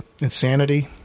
insanity